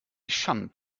shunned